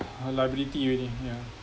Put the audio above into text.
liability already yeah